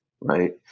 right